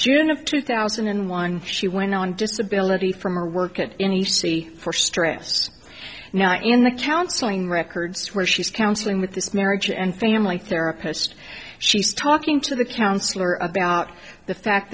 june of two thousand and one she went on disability from her work at any c for stress now in the counseling records where she's counseling with this marriage and family therapist she's talking to the counselor about the fact